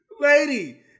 Lady